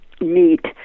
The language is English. meet